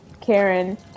karen